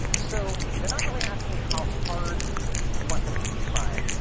so they're not really asking how hard you want them to try.